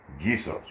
Jesus